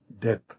death